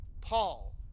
Paul